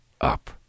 up